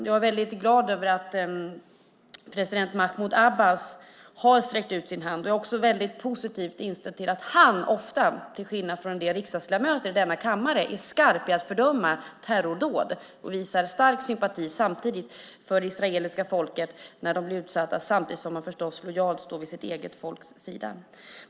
Jag är glad över att president Mahmud Abbas har sträckt ut sin hand, och jag är positivt inställd till att han ofta, till skillnad från en del riksdagsledamöter i denna kammare, är skarp i att fördöma terrordåd. Han kan visa stark sympati för det israeliska folket när de blir utsatta samtidigt som han lojalt står vid sitt eget folks sida.